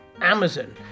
Amazon